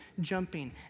jumping